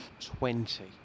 Twenty